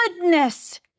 goodness